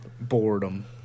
boredom